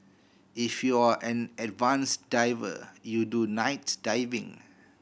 if you're an advanced diver you do night diving